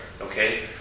Okay